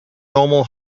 normal